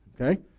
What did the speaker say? okay